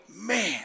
man